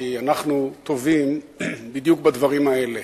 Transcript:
כי אנחנו טובים בדיוק בדברים האלה,